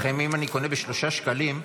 לכן אם אני קונה בשלושה שקלים,